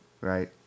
right